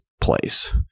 place